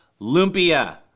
lumpia